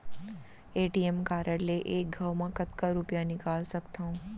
ATM card ले एक घव म कतका रुपिया निकाल सकथव?